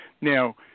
Now